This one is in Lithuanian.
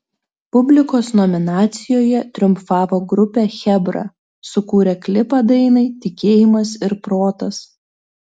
publikos nominacijoje triumfavo grupė chebra sukūrę klipą dainai tikėjimas ir protas